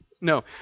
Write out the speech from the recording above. No